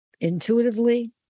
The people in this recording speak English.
intuitively